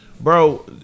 Bro